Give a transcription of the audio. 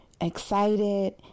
excited